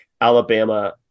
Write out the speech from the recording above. Alabama